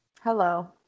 Hello